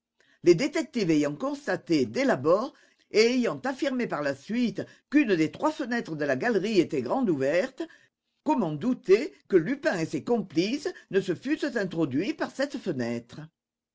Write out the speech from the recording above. les détectives ayant constaté dès l'abord et ayant affirmé par la suite qu'une des trois fenêtres de la galerie était grande ouverte comment douter que lupin et ses complices ne se fussent introduits par cette fenêtre